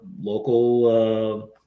local